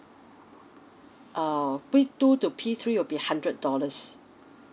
err P two to P three will be hundred dollars